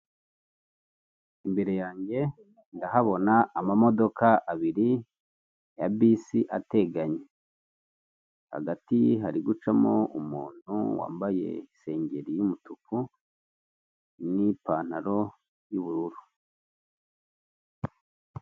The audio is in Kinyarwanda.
Umugore wirabura ufite imisatsi myinshi y’umukara namaso ajya kuba matoya wambaye ikanzu iri mu ibara ry'umutuku, umweru, ndetse n’umukara ahagaze imbere y’ igikuta gifite ibara ry'mweru.